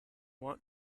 want